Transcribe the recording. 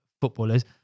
footballers